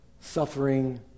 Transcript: suffering